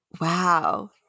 wow